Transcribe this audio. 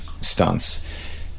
stunts